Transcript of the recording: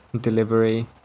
delivery